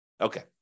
Okay